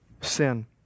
sin